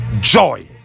joy